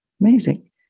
Amazing